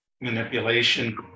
manipulation